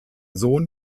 sohn